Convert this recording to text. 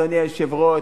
אדוני היושב-ראש,